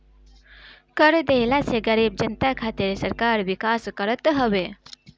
कर देहला से गरीब जनता खातिर सरकार विकास करत हवे